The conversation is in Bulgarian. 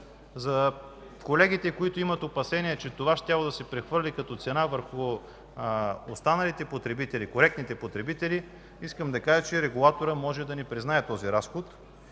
За колегите, които имат опасенията, че това щяло да се прехвърли като цена върху останалите, коректните потребители, искам да кажа, че регулаторът може да не признае този разход.